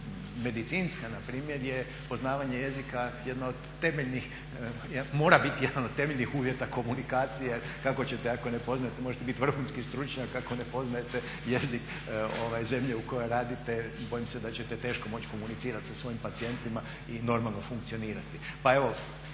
medicinska npr. je poznavanje jezika jedan od temeljnih, mora biti jedan od temeljnih uvjeta komunikacije. Kako ćete ako ne poznajte, možete biti vrhunski stručnjak, ako ne poznajete jezik zemlje u kojoj radite bojim se da ćete teško moći komunicirati sa svojim pacijentima i normalno funkcionirati. Pa evo